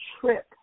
trip